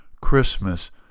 Christmas